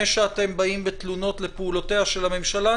שאתם באים בתלונות לפעולותיה של הממשלה הנוכחית,